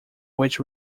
which